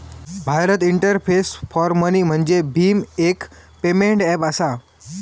Bharat interface for money म्हणजेच भीम, एक पेमेंट ऐप असा